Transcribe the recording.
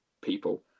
people